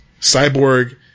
Cyborg